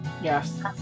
Yes